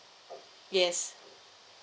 yes